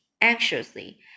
anxiously